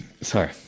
sorry